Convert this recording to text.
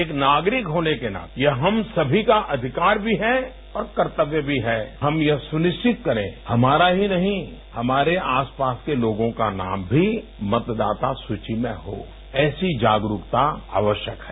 एक नागरिक होने के नाते यह हम समी का आविकार भी है और कर्तव्य भी है हम यह सुनिश्चित करें हमारा ही नहीं हमारे आस पास के लोगों का नाम भी मतदाता सूची में हो ऐसी जागरूकता आवस्यक है